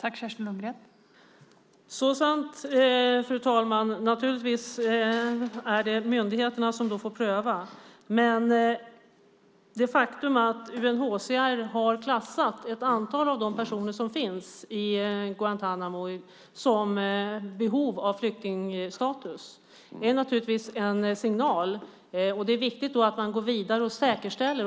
Fru talman! Så sant! Naturligtvis är det myndigheterna som då får pröva. Men det faktum att UNHCR har klassat ett antal av de personer som finns i Guantánamo som i behov av flyktingstatus är naturligtvis en signal. Det är viktigt att man då går vidare och säkerställer.